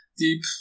Deep